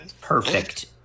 perfect